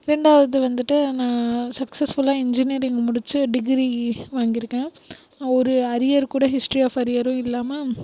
ரெண்டாவுது வந்துட்டு நான் சக்சஸ்ஃபுல்லாக இஞ்சினியரிங் முடிச்சு டிகிரி வாங்கியிருக்கேன் ஒரு அரியர் கூட ஹிஸ்ட்ரி ஆஃப் அரியரும் இல்லாமல்